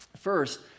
First